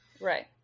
right